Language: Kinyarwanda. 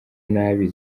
nabi